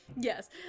yes